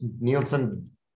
Nielsen